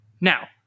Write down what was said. Now